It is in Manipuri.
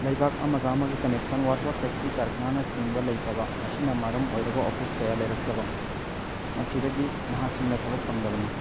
ꯂꯩꯕꯥꯛ ꯑꯃꯒ ꯑꯃꯒ ꯀꯟꯅꯦꯛꯁꯟ ꯋꯥꯠꯄ ꯐꯦꯛꯇꯔꯤ ꯀꯔꯈꯥꯅꯅ ꯆꯤꯡꯕ ꯂꯩꯇꯕ ꯃꯁꯤꯅ ꯃꯔꯝ ꯑꯣꯏꯔꯒ ꯑꯣꯐꯤꯁ ꯀꯌꯥ ꯂꯩꯔꯛꯇꯕ ꯃꯁꯤꯗꯒꯤ ꯅꯍꯥꯁꯤꯡꯅ ꯊꯕꯛ ꯐꯪꯗꯕꯅꯤ